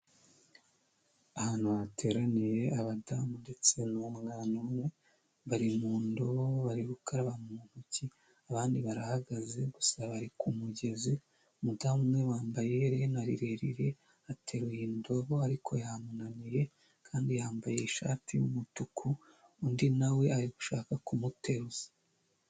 Ahantu bateraniye abadamu ndetse n'umwana umwe, bari mu ndobo bari gukaraba mu ntoki, abandi barahagaze gusa bari ku mugezi, umudamu umwe wambaye iherena rirerire ateruye indobo ariko yamunaniye kandi yambaye ishati y'umutuku, undi nawe ari gushaka kumuteruza.